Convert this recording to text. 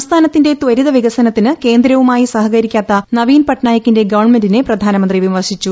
സംസ്ഥാനത്തിന്റെ ത്വരിത വികസനത്തിന് കേന്ദ്രവുമായി സഹകരിക്കാത്ത നവീൻ പട്നായിക്കിന്റെ ഗവൺമെന്റിനെ പ്രധാനമന്ത്രി വിമർശിച്ചു